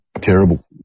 Terrible